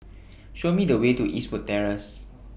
Show Me The Way to Eastwood Terrace